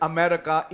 America